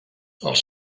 els